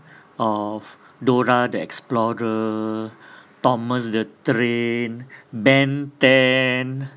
of dora the explorer thomas the train ben ten